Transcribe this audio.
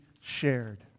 shared